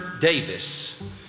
Davis